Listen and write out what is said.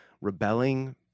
Rebelling